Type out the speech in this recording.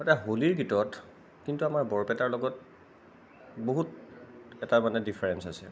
এতিয়া হ'লীৰ গীতত কিন্তু আমাৰ বৰপেটাৰ লগত বহুত এটা মানে ডিফাৰেঞ্চ আছে